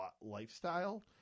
lifestyle